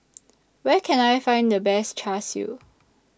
Where Can I Find The Best Char Siu